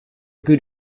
good